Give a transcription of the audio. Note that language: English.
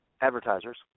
advertisers